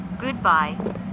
Goodbye